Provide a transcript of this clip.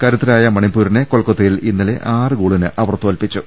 കരു ത്തരായ മണിപ്പൂരിനെ കൊൽക്കത്തയിൽ ഇന്നലെ ആറുഗോളിന് തോൽപ്പി ച്ചു